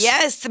Yes